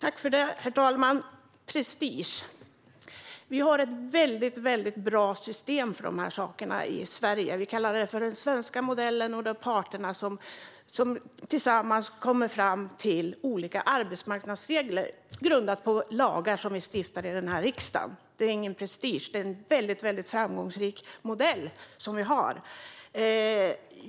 Herr talman! Vi har ett väldigt bra system för detta i Sverige. Vi kallar det för den svenska modellen, och det är parterna som tillsammans kommer fram till olika arbetsmarknadsregler grundat på lagar som vi stiftar i riksdagen. Det handlar inte om prestige, utan det är en mycket framgångsrik modell vi har.